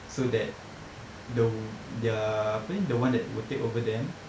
so that the their apa ni the one that will take over them